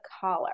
collar